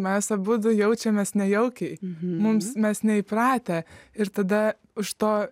mes abudu jaučiamės nejaukiai mums mes neįpratę ir tada už to